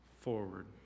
forward